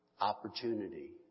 Opportunity